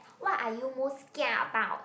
what are you most kia about